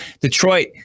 Detroit